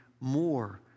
more